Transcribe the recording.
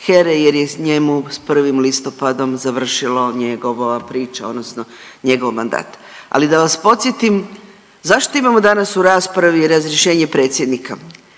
HERA-e jer je njemu s 1. listopadom završilo njegovo priča odnosno njegov mandat. Ali da vas podsjetim, zašto imamo danas u raspravi razrješenje predsjednika?